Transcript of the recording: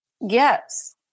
Yes